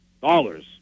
Dollars